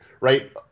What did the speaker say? right